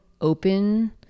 open